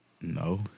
No